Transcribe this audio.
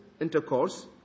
Intercourse